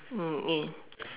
mm ya